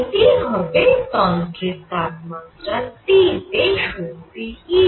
এটিই হবে তন্ত্রের তাপমাত্রা T তে শক্তি E